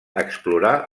explorar